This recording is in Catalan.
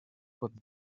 pot